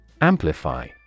Amplify